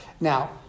Now